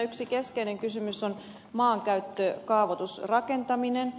yksi keskeinen kysymys on maankäyttö kaavoitus ja rakentaminen